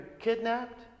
Kidnapped